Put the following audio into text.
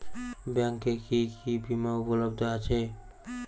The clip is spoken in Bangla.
ব্যাংকে কি কি বিমা উপলব্ধ আছে?